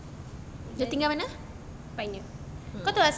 pioneer